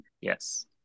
Yes